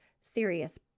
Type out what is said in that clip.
serious